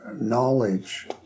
knowledge